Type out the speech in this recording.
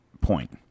point